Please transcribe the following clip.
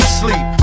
sleep